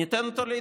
אני מנסה לרגע